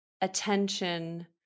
attention